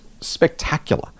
spectacular